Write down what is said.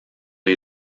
les